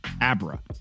Abra